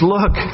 Look